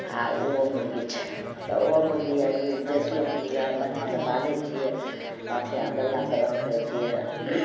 आ ओहो मुर्गी छै तऽ ओहो मुर्गी आ देशिओ मुर्गी बढ़िआँ से पालैत छियै पालय छियै आ बढ़िआँ से रखैत छियै